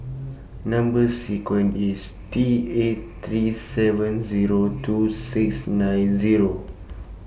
Number sequence IS T eight three seven Zero two six nine Zero